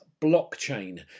blockchain